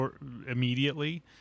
immediately